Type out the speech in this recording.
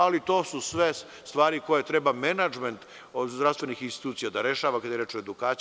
Ali to su sve stvari koje treba menadžment zdravstvenih institucija da rešava, kada je reč o edukaciji.